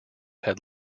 had